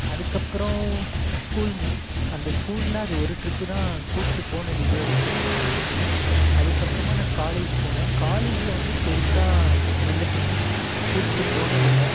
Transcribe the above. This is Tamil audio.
அதுக்கப்புறோம் ஸ்கூல் ஸ் அந்த ஸ்கூலில் அது ஒரு ட்ரிப்பு தான் கூபிட்டு போனது இது வரைக்கும் என்னைய அதுக்கப்புறமா நான் காலேஜ் போன காலேஜில் வந்து பெருசாக எந்த ட்ரிப்பும் கூபிட்டு போனதில்லை